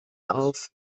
auf